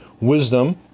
wisdom